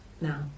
now